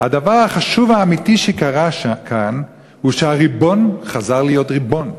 "הדבר החשוב והאמיתי שקרה כאן הוא שהריבון חזר להיות ריבון,